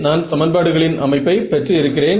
நான் என்ன பெற வேண்டும்